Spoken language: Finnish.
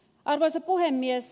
arvoisa puhemies